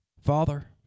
Father